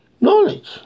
knowledge